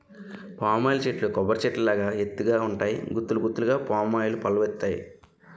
palm oil చెట్లు కొబ్బరి చెట్టు లాగా ఎత్తు గ ఉంటాయి గుత్తులు గుత్తులు పామాయిల్ పల్లువత్తాయి